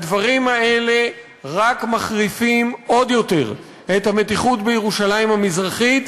הדברים האלה רק מחריפים עוד יותר את המתיחות בירושלים המזרחית